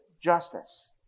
justice